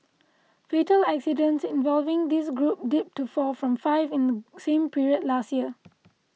fatal accidents involving this group dipped to four from five in the same period last year